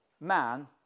man